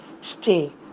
stay